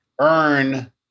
earn